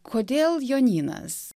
kodėl jonynas